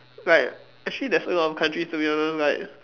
like actually there's a lot of countries to be honest like